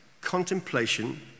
Contemplation